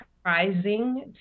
surprising